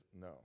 no